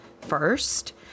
first